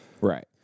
right